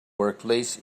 workplace